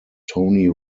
tony